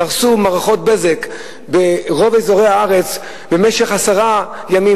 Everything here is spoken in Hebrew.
קרסו מערכות "בזק" ברוב אזורי הארץ במשך עשרה ימים,